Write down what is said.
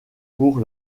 pour